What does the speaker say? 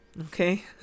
Okay